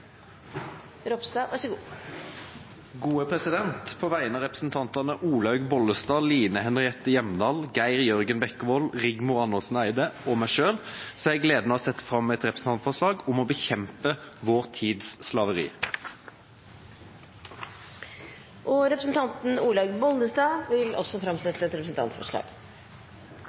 Ropstad vil framsette et representantforslag. På vegne av representantene Olaug V. Bollestad, Line Henriette Hjemdal, Geir Jørgen Bekkevold, Rigmor Andersen Eide og meg selv har jeg gleden av å sette fram et representantforslag om bekjempelse av vår tids slaveri. Representanten Olaug V. Bollestad vil